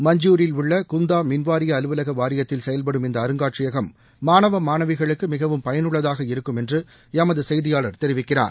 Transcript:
மஞ்சூரில் உள்ள குந்தா மின்வாரிய அலுவலக வளாகத்தில் செயல்படும் இந்த அருங்காட்சியகம் மாணவ மாணவிகளுக்கு மிகவும் பயனுள்ளதாக இருக்கும் என்று எமது செய்தியாளர் தெரிவிக்கிறார்